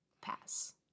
pass